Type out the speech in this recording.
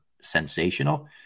sensational